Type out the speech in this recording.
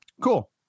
Cool